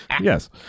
Yes